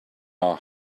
our